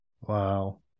Wow